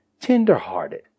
tender-hearted